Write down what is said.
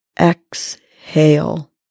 exhale